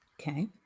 Okay